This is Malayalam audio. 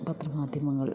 പത്രമാധ്യമങ്ങൾ